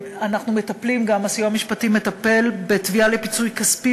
הסיוע המשפטי מטפל בתביעה לפיצוי כספי